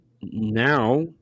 now